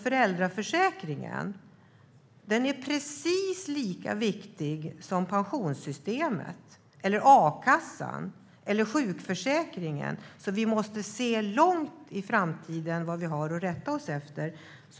Föräldraförsäkringen är lika viktig som pensionssystemet, a-kassan och sjukförsäkringen. Vi måste därför se långt fram i tiden så att vi vet vad vi har att rätta oss efter.